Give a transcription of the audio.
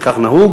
וכך נהוג.